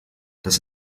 das